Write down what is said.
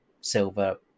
silver